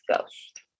ghost